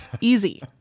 easy